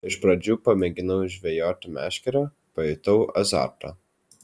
iš pradžių pamėginau žvejoti meškere pajutau azartą